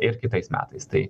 ir kitais metais tai